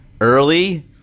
early